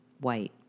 white